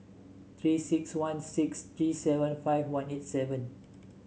Three six one six three seven five one eight seven